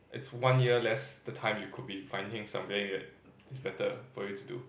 it's one year less the time you could be finding something that is better for you to do